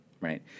right